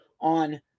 on